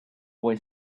boy